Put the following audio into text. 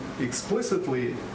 explicitly